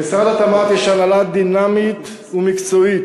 למשרד התמ"ת יש הנהלה דינמית ומקצועית,